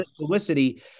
publicity